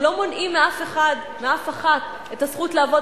אנחנו לא מונעים מאף אחת את הזכות לעבוד